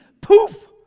poof